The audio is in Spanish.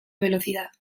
velocidad